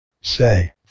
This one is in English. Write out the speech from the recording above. Say